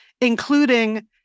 including